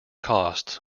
costs